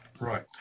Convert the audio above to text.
Right